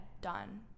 done